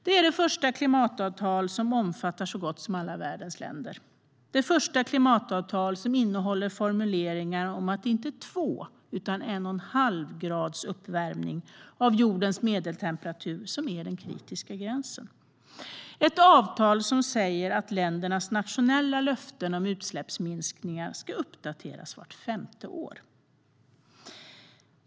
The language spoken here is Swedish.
Det är det första klimatavtalet som omfattar så gott som alla världens länder och det första klimatavtalet som innehåller formuleringar om att det inte är två utan en och en halv grads uppvärmning av jordens medeltemperatur som är den kritiska gränsen. Det är ett avtal som säger att ländernas nationella löften om utsläppsminskningar ska uppdateras vart femte år.